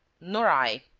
nor i.